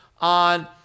on